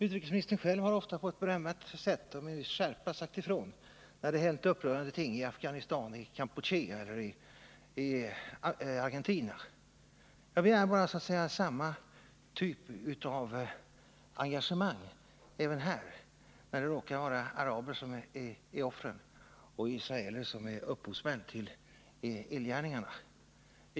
Utrikesministern själv har ofta på ett berömvärt sätt med skärpa sagt ifrån när det hänt upprörande ting i Afghanistan, i Kampuchea eller i Argentina. Jag begär bara samma typ av engagemang — icke mer än så — även när det råkar vara araber som är offer och israeler som förövar illgärningarna.